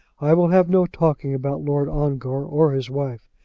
i will have no talking about lord ongar or his wife.